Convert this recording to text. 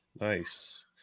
Nice